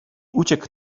uciekł